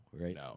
right